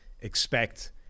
expect